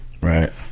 Right